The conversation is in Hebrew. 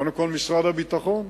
קודם כול משרד הביטחון,